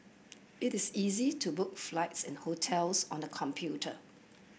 it is easy to book flights and hotels on the computer